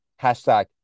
Hashtag